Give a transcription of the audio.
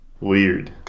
Weird